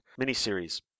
miniseries